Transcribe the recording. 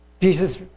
Jesus